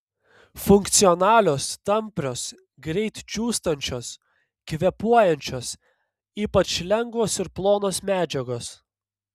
funkcionalios tamprios greit džiūstančios kvėpuojančios ypač lengvos ir plonos medžiagos